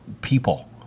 people